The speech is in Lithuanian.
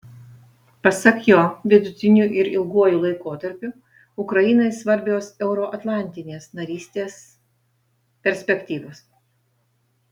pasak jo vidutiniu ir ilguoju laikotarpiu ukrainai svarbios euroatlantinės narystės perspektyvos